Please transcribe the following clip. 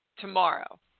tomorrow